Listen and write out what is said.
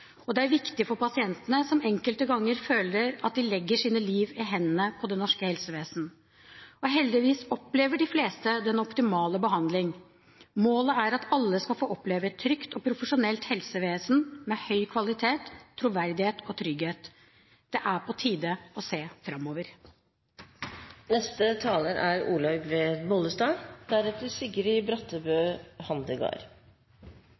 og det er viktig for pasientene som enkelte ganger føler at de legger sitt liv i hendene på det norske helsevesen. Heldigvis opplever de fleste den optimale behandling. Målet er at alle skal få oppleve et trygt og profesjonelt helsevesen med høy kvalitet, troverdighet og trygghet. Det er på tide å se framover.